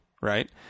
right